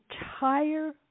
entire